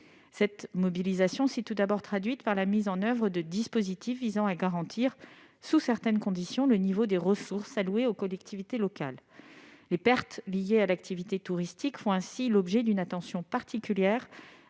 Cette mobilisation s'est tout d'abord traduite par la mise en oeuvre de dispositifs visant à garantir, sous certaines conditions, le niveau des ressources allouées aux collectivités locales. Les pertes liées à l'activité touristique font ainsi l'objet d'une attention particulière